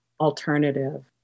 alternative